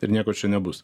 ir nieko čia nebus